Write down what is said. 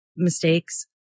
mistakes